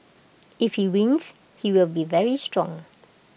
if you wins he will be very strong